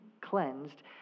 cleansed